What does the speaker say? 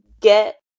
get